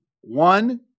one